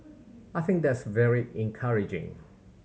I think that's very encouraging